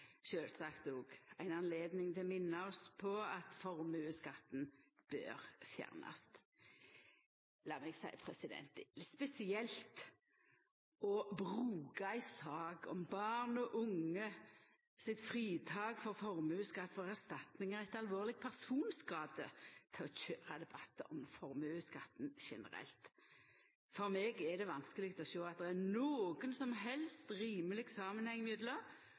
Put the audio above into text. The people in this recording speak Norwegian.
sjølvsagt ei anledning til å minna oss på at formuesskatten bør fjernast. Lat meg seia det slik: Det er litt spesielt å bruka ei sak om barn og unge sitt fritak for formuesskatt for erstatningar etter alvorleg personskade til å køyra debattar om formuesskatten generelt. For meg er det vanskeleg å sjå at det er nokon som helst rimeleg samanheng